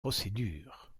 procédure